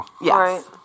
Yes